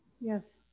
yes